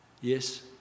Yes